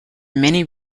many